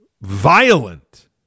violent